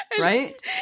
right